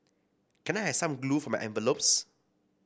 can I have some glue for my envelopes